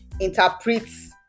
interprets